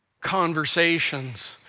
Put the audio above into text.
conversations